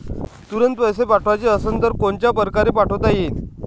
तुरंत पैसे पाठवाचे असन तर कोनच्या परकारे पाठोता येईन?